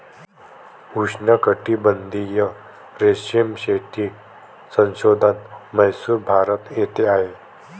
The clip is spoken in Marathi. उष्णकटिबंधीय रेशीम शेती संशोधन म्हैसूर, भारत येथे आहे